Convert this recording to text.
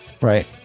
right